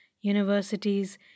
universities